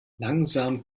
langsam